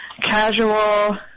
casual